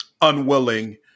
unwilling